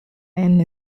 end